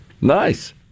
Nice